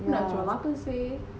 yeah